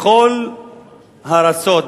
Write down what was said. בכל הארצות,